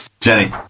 Jenny